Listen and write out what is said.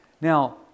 Now